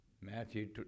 Matthew